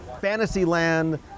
Fantasyland